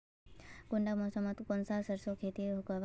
कुंडा मौसम मोत सरसों खेती करा जाबे?